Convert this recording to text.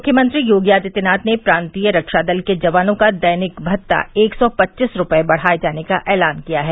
मुख्यमंत्री योगी आदित्यनाथ ने प्रान्तीय रक्षा दल के जवानों का दैनिक भत्ता एक सौ पच्चीस रूपये बढ़ाये जाने का ऐलान किया है